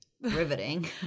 riveting